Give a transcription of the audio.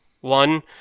one